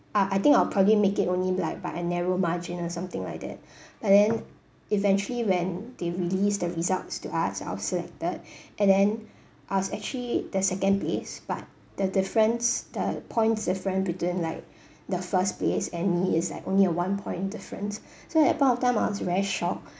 err I think I'll probably make it only by a narrow margin or something like that but then eventually when they release the results to us I was selected and then I was actually the second place but the difference the points different between like the first place and me is like only a one point difference so at point of time I was very shocked